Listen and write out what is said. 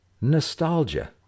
nostalgia